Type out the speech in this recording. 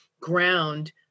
ground